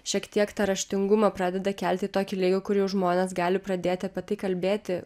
šiek tiek tą raštingumą pradeda kelti tokiu lygiu kur jau žmonės gali pradėti apie tai kalbėti